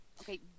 okay